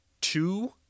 two